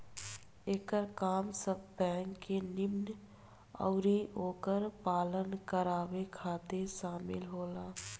एकर काम सब बैंक के नियम अउरी ओकर पालन करावे खातिर शामिल होला